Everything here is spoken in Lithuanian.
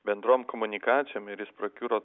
bendrom komunikacijom ir jis prakiuro